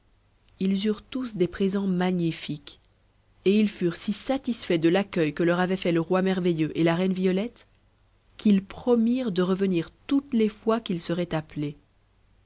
ils eurent tous des présents magnifiques et ils furent si satisfaits de l'accueil que leur avaient fait le roi merveilleux et la reine violette qu'ils promirent de revenir toutes les fois qu'ils seraient appelés